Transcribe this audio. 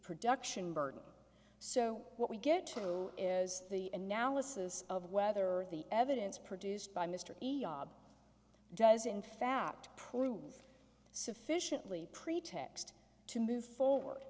production burden so what we get to do is the analysis of whether the evidence produced by mister does in fact prove sufficiently pretext to move forward